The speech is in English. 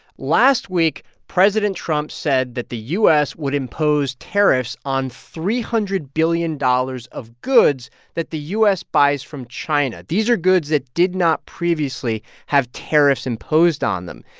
last week, president trump said that the u s. would impose tariffs on three hundred billion dollars of goods that the u s. buys from china. these are goods that did not previously have tariffs imposed on them.